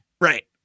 right